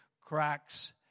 cracks